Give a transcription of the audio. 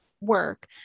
work